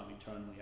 eternally